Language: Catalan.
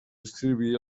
escriví